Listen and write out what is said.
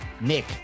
Nick